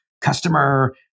customer